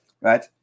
right